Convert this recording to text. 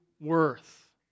worth